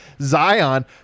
zion